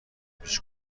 پیچ